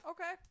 Okay